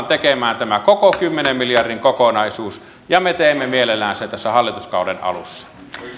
tekemään tämän koko kymmenen miljardin kokonaisuuden ja me teemme sen mielellään tässä hallituskauden alussa